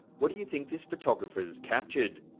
what do you think this photographer has captured?